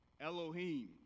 Elohim